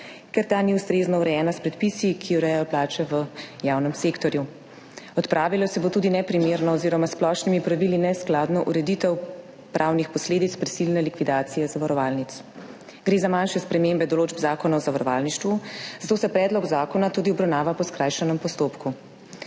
ker ta ni ustrezno urejena s predpisi, ki urejajo plače v javnem sektorju. Odpravilo se bo tudi neprimerno oziroma s splošnimi pravili neskladno ureditev pravnih posledic prisilne likvidacije zavarovalnic. Gre za manjše spremembe določb Zakona o zavarovalništvu, zato se predlog zakona tudi obravnava po skrajšanem postopku.